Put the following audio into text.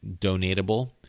donatable